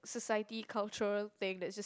society cultural thing that